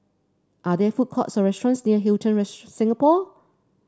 are there food courts or restaurants near Hilton Singapore